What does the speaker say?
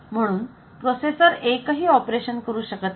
म्हणून प्रोसेसर एकही ऑपरेशन करू शकत नाही